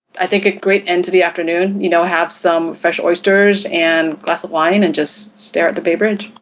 i think a great end of the afternoon, you know, have some fresh oysters and glass of wine and just stare at the bay bridge.